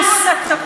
וכשיפריטו את הצבא?